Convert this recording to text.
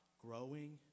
growing